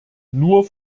nur